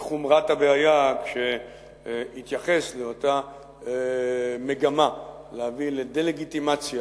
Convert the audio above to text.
בחומרת הבעיה כשהתייחס לאותה מגמה להביא לדה-לגיטימציה